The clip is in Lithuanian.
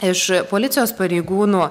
iš policijos pareigūnų